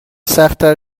سختتر